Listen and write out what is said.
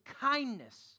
kindness